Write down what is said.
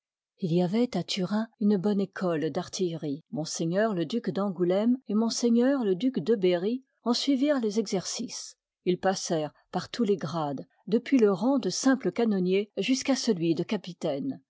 il y avoit à turin une bonne école d'artillerie m le duc d'angouleme et m le duc de berry en suivirent les exercices ils passèrent par tous les grades depuis le rang de simple canonnier jusqu'à celui de capitaine